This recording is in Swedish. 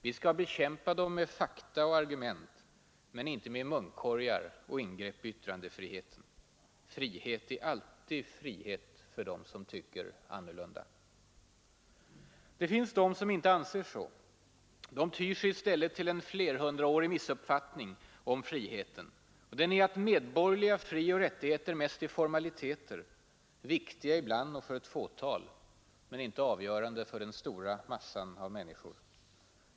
Vi skall bekämpa dem med fakta och argument men inte med munkorgar och ingrepp i yttranderätten. Frihet är alltid frihet för dem som tycker annorlunda. Det finns de som inte anser så. De tyr sig i stället till en flerhundraårig missuppfattning om friheten. Den är att medborgerliga frioch rättigheter mest är formaliteter, viktiga ibland och för ett fåtal men inte avgörande för den stora massan av människor.